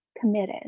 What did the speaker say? committed